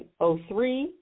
03